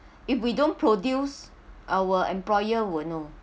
if we don't produce our employer will know